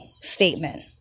statement